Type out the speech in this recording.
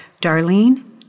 Darlene